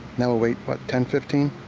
now we'll wait, what, ten, fifteen,